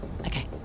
Okay